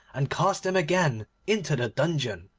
and cast him again into the dungeon.